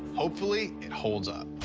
hopefully, it holds up.